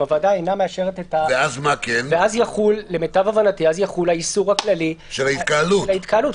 ואז יחול האיסור הכללי של ההתקהלות.